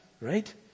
right